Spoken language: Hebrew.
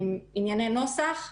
בענייני נוסח,